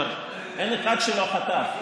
כבר אין אחד שלא חטף.